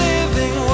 Living